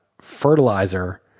fertilizer